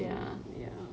ya